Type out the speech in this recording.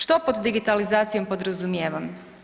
Što pod digitalizacijom podrazumijevam?